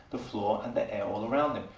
the floor and the air all around them,